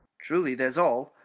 truly, there's all.